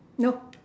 no